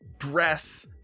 dress